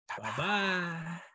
Bye-bye